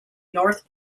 north